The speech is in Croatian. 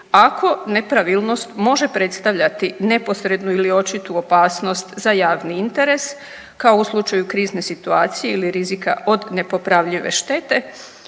ako nepravilnost može predstavljati neposrednu ili očitu opasnost za javni interes kao u slučaju krizne situacije ili rizika od nepopravljive štete